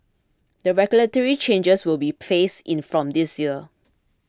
the regulatory changes will be phased in from this year